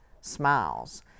smiles